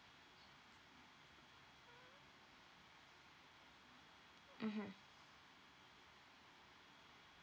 mmhmm